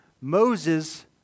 Moses